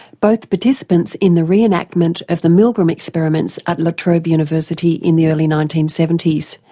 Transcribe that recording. both participants in the re-enactment of the milgram experiments at la trobe university in the early nineteen seventy s.